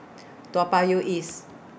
Toa Payoh East